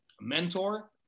mentor